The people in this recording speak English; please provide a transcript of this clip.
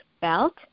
belt